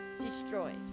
destroyed